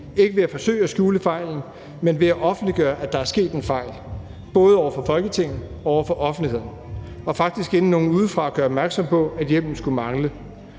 ikke ved at forsøge at skjule fejlen, men ved at offentliggøre, at der er sket en fejl, både over for Folketinget og over for offentligheden, og faktisk inden nogen udefra gør opmærksom på, at hjemmelen skulle mangle.